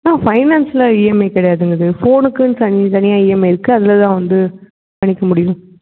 ஆ ஃபைனான்ஸ்ல இஎம்ஐ கிடையாதுங்க இது ஃபோனுக்குன்னு தனி தனியாக இஎம்ஐ இருக்குது அதில் தான் வந்து பண்ணிக்க முடியும்